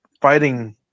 fighting